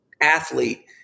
athlete